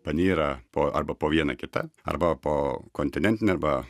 panyra po arba po viena kita arba po kontinentine arba